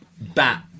bat